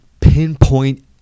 pinpoint